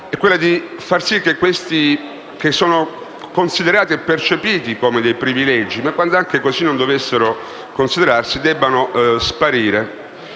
sede - di far sì che quelli che sono considerati e percepiti come privilegi (ma quand'anche così non dovessero considerarsi) debbano sparire,